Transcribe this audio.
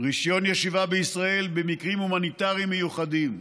רישיון ישיבה בישראל במקרים הומניטריים מיוחדים,